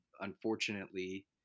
unfortunately